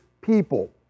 people